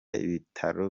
ibitaro